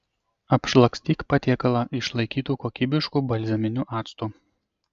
apšlakstyk patiekalą išlaikytu kokybišku balzaminiu actu